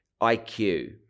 IQ